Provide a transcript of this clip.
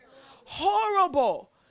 Horrible